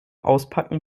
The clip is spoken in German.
auspacken